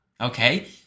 okay